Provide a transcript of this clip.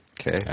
Okay